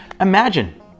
Imagine